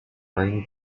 rainy